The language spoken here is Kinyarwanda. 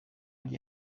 rya